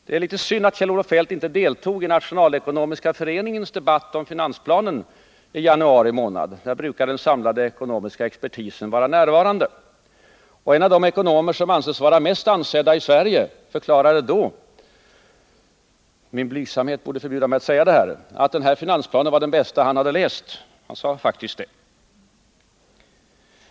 Det är litet synd att Kjell-Olof Feldt inte deltog i Nationalekonomiska föreningens debatt i januari månad om finansplanen. Där brukar den samlade ekonomiska expertisen vara närvarande. En av de ekonomer som anses vara mest ansedda i Sverige förklarade då — min blygsamhet borde förbjuda mig att säga det här — att den här finansplanen var den bästa han hade läst.